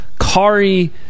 Kari